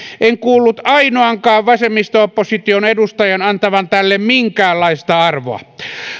en kuullut ainoankaan vasemmisto opposition edustajan antavan tälle minkäänlaista arvoa